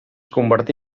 convertí